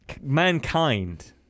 mankind